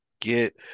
get